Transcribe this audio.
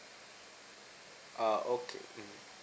uh okay mm